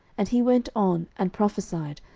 and he went on, and prophesied,